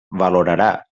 valorarà